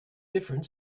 different